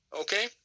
okay